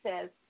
says